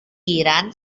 iran